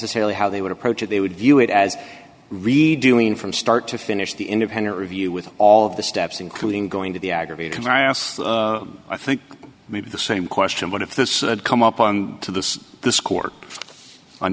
ecessarily how they would approach it they would view it as redoing from start to finish the independent review with all of the steps including going to the aggregate can i ask i think maybe the same question what if this had come up on to the the score on